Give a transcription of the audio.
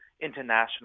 international